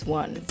one